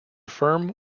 firm